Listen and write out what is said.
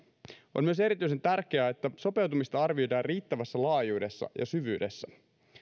on myös erityisen tärkeää että sopeutumista arvioidaan riittävässä laajuudessa ja syvyydessä